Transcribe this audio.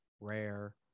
rare